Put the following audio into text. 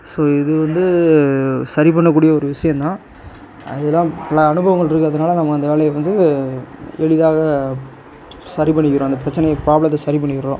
so இது வந்து சரி பண்ணக்கூடிய ஒரு விஷயம் தான் அதலாம் சில அனுபவங்கள் இருக்குது அதனால் நம்ம அந்த வேலையை வந்து எளிதாக சரி பண்ணிக்கிறோம் அந்த பிரச்சனையை ப்ராப்ளத்தை சரி பண்ணிக்கிறோம்